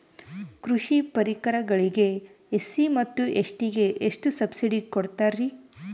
ಕೃಷಿ ಪರಿಕರಗಳಿಗೆ ಎಸ್.ಸಿ ಮತ್ತು ಎಸ್.ಟಿ ಗೆ ಎಷ್ಟು ಸಬ್ಸಿಡಿ ಕೊಡುತ್ತಾರ್ರಿ?